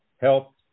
helped